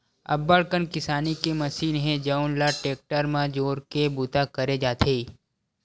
अब्बड़ कन किसानी के मसीन हे जउन ल टेक्टर म जोरके बूता करे जाथे